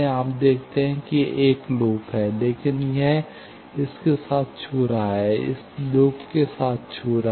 आप देखते हैं यह एक लूप है लेकिन यह इस के साथ छू रहा है इस लूप के साथ छू रहा है